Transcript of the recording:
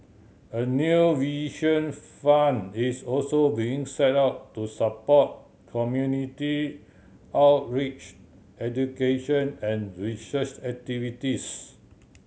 a new Vision Fund is also being set up to support community outreach education and research activities